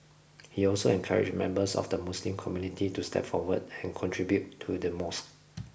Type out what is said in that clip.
he also encouraged members of the Muslim Community to step forward and contribute to the mosque